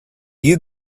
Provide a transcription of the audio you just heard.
you